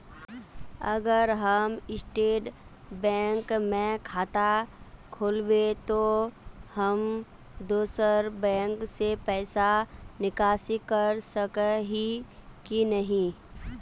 अगर हम state bank में खाता खोलबे तो हम दोसर बैंक से पैसा निकासी कर सके ही की नहीं?